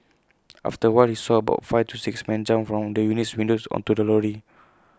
after A while he saw about five to six men jump from the unit's windows onto the lorry